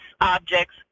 objects